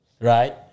Right